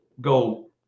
go